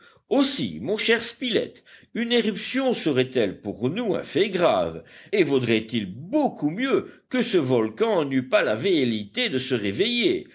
aussi mon cher spilett une éruption serait-elle pour nous un fait grave et vaudrait-il beaucoup mieux que ce volcan n'eût pas la velléité de se réveiller